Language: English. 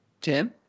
Tim